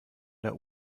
der